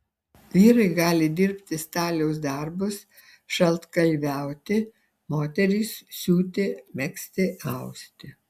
vyrai gali dirbti staliaus darbus šaltkalviauti moterys siūti megzti austi